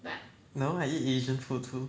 no I eat asian food too